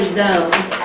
zones